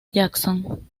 jackson